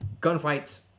gunfights